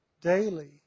daily